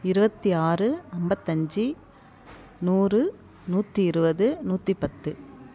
இருபத்தி ஆறு ஐம்பத்தஞ்சி நூறு நூற்றி இருபது நூற்றி பத்து